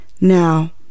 Now